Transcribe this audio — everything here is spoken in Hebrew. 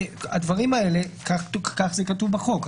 הדברים האלה, כך זה כתוב בחוק.